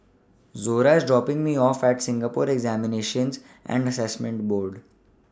Zora IS dropping Me off At Singapore Examinations and Assessment Board